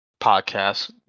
podcast